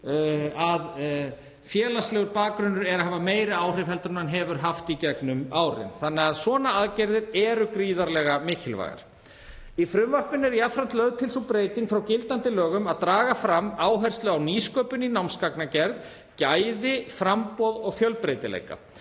að félagslegur bakgrunnur er að hafa meiri áhrif heldur en hann hefur haft í gegnum árin, þannig að svona aðgerðir eru gríðarlega mikilvægar. Í frumvarpinu er jafnframt lögð til sú breyting frá gildandi lögum að draga fram áherslu á nýsköpun í námsgagnagerð, gæði, framboð og fjölbreytileika.